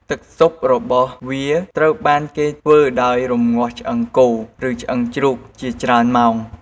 ទឺកស៊ុបរបស់វាត្រូវបានគេធ្វើដោយ រំងាស់ឆ្អឹងគោ ឬឆ្អឺងជ្រូកជាច្រើនម៉ោង។